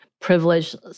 privileged